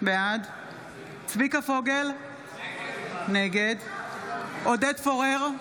בעד צביקה פוגל, נגד עודד פורר,